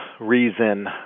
reason